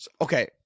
Okay